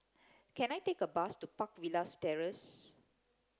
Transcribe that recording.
can I take a bus to Park Villas Terrace